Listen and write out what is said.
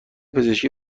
پزشکی